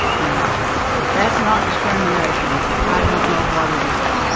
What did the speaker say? now if that's not discrimination, i don't know what it is.